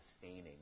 sustaining